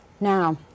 Now